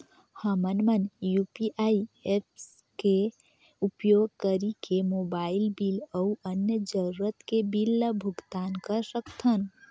हमन मन UPI apps के उपयोग करिके मोबाइल बिल अऊ अन्य जरूरत के बिल ल भुगतान कर सकथन